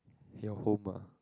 at your home what